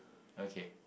okay